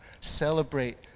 celebrate